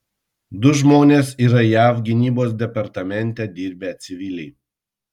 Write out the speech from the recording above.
du žmonės yra jav gynybos departamente dirbę civiliai